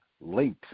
late